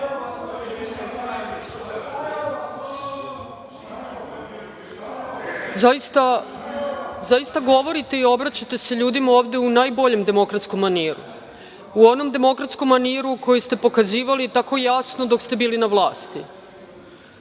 Hvala. Zaista govorite i obraćate se ljudima ovde u najboljem demokratskom maniru, u onom demokratskom maniru koji ste pokazivali tako jasno dok ste bili na vlasti.